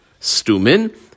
stumin